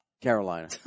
Carolina